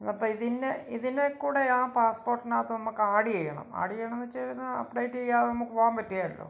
അപ്പോള് ഇതിനെക്കൂടെ ആ പാസ്പോട്ടിനകത്ത് നമുക്കാഡ് ചെയ്യണം ആഡ് ചെയ്യണോന്നെച്ചൈഞ്ഞാ അപ്ഡേറ്റ് ചെയ്യാതെ നമുക്ക് പോവാൻ പറ്റുകേലല്ലോ